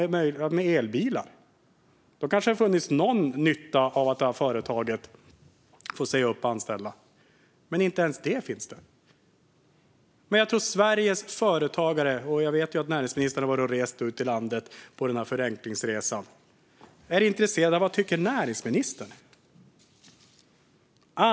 Då hade det kanske funnits någon nytta med att det här företaget får säga upp anställda. Men inte ens det finns. Jag vet ju att näringsministern har rest runt i landet på sin förenklingsresa. Vad tycker näringsministern? Det är jag intresserad av.